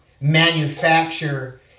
manufacture